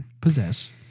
possess